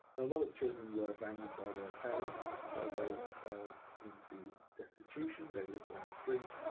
a lot of children were abandoned by their parents, so they fell into destitution, they lived on the street.